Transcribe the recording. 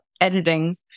editing